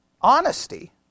honesty